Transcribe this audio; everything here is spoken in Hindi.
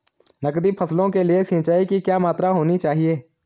नकदी फसलों के लिए सिंचाई की क्या मात्रा होनी चाहिए?